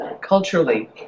culturally